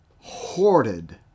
hoarded